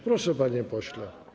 Proszę, panie pośle.